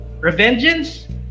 Revengeance